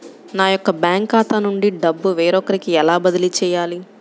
నా యొక్క బ్యాంకు ఖాతా నుండి డబ్బు వేరొకరికి ఎలా బదిలీ చేయాలి?